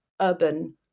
urban